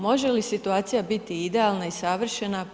Može li situacija biti idealna i savršena?